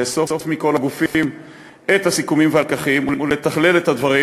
לאסוף מכל הגופים את הסיכומים והלקחים ולתכלל את הדברים?